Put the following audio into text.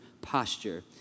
posture